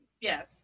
Yes